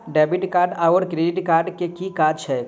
Debit card आओर credit card केँ की काज छैक?